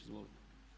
Izvolite.